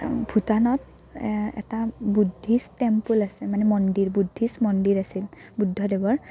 ভূটানত এটা Buddhist temple আছে মানে মন্দিৰ বুদ্ধিষ্ট মন্দিৰ আছিল বুদ্ধদেৱৰ